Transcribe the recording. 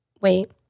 Wait